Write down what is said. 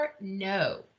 no